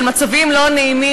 של מצבים לא נעימים,